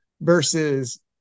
versus